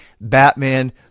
Batman